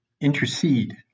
intercede